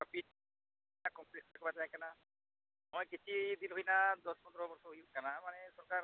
ᱟᱨ ᱯᱤᱪ ᱨᱟᱥᱛᱟ ᱠᱚᱢᱯᱞᱤᱴ ᱵᱟᱭ ᱛᱟᱦᱮᱸ ᱠᱟᱱᱟ ᱱᱚᱜᱼᱚᱸᱭ ᱠᱤᱪᱷᱤ ᱫᱤᱱ ᱦᱩᱭᱱᱟ ᱫᱚᱥ ᱯᱚᱫᱨᱚ ᱵᱚᱨᱥᱚ ᱦᱩᱭᱩᱜ ᱠᱟᱱᱟ ᱢᱟᱱᱮ ᱥᱚᱨᱠᱟᱨ